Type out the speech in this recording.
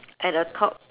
at the top